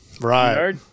Right